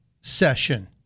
session